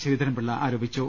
ശ്രീധരൻപിള്ള ആരോപിച്ചു